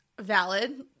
valid